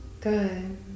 Good